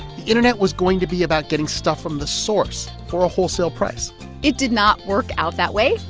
the internet was going to be about getting stuff from the source for a wholesale price it did not work out that way.